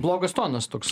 blogas tonas toks